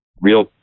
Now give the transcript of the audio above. real